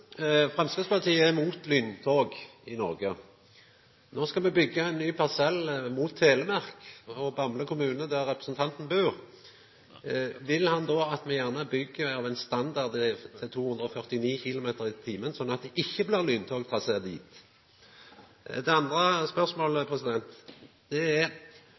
Framstegspartiet er imot lyntog i Noreg. No skal me byggja ein ny parsell mot Telemark og Bamble kommune, der representanten bur. Vil han da at me gjerne byggjer med ein standard for 249 km/t, slik at det ikkje blir lyntogtrasé dit? Det andre spørsmålet er: